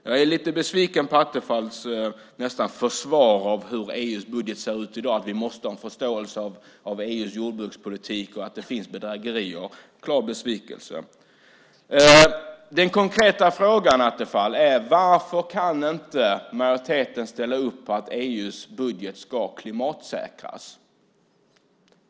Jag är lite besviken på Attefalls nästan försvar av hur EU:s budget ser ut i dag, att vi måste ha förståelse för EU:s jordbrukspolitik och att det finns bedrägerier. Jag känner en klar besvikelse. Den konkreta frågan är, Attefall: Varför kan inte majoriteten ställa upp på att EU:s budget ska klimatsäkras?